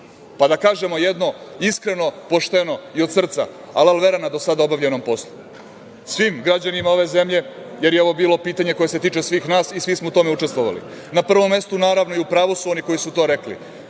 pa da kažemo jedno iskreno, pošteno i od srca – alal vera na do sada obavljenom poslu, svim građanima ove zemlje, jer je ovo bilo pitanje koje se tiče svih nas i svi smo u tome učestvovali. Na prvom mestu, naravno, i u pravu su oni koji su to rekli,